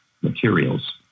materials